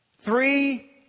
three